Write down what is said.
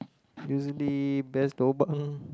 usually best lobang